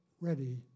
ready